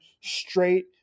straight